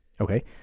Okay